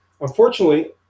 Unfortunately